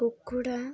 କୁକୁଡ଼ା